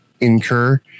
incur